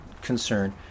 concern